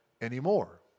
anymore